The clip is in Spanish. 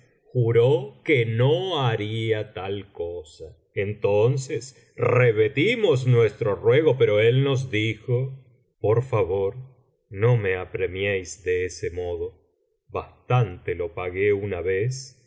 juró que no haría tal cosa entonces repetimos nuestro ruego pero él nos dijo por favor no me apremiéis de ese modo bastante lo pagué una vez